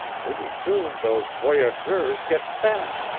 purty soon dose voyageur is get fat,